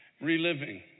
reliving